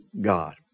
God